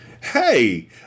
Hey